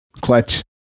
Clutch